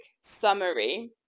summary